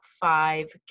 five